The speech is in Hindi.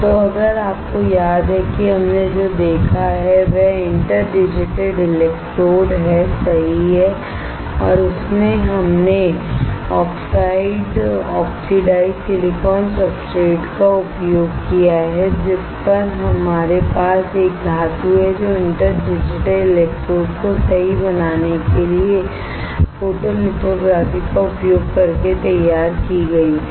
तो अगर आपको याद है कि हमने जो देखा है वह इंटर डिजिटेड इलेक्ट्रोडहै सही है और उसमें हमने ऑक्साइड ऑक्सीडाइज्ड सिलिकॉन सब्सट्रेट का उपयोग किया है जिस पर हमारे पास एक धातु है जो इंटर डिजिटेड इलेक्ट्रोड को सही बनाने के लिए फोटोलिथोग्राफी का उपयोग करके तैयार की गई थी